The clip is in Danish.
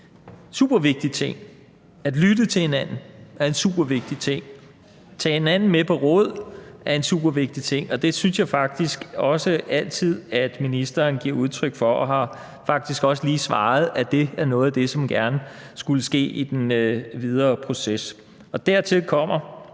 supervigtig ting, at lytte til hinanden er en supervigtig ting, at tage hinanden med på råd er en supervigtig ting, og det synes jeg faktisk også altid at ministeren giver udtryk for, og hun har faktisk også lige svaret, at det er noget af det, som gerne skulle ske i den videre proces. Dertil kommer,